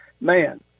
man